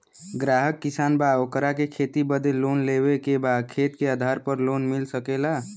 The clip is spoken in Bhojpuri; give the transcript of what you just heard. ग्राहक किसान बा ओकरा के खेती बदे लोन लेवे के बा खेत के आधार पर लोन मिल सके ला?